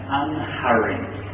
unhurried